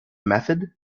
method